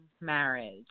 marriage